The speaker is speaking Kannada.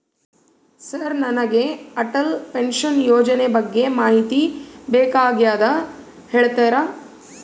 ಸರ್ ನನಗೆ ಅಟಲ್ ಪೆನ್ಶನ್ ಯೋಜನೆ ಬಗ್ಗೆ ಮಾಹಿತಿ ಬೇಕಾಗ್ಯದ ಹೇಳ್ತೇರಾ?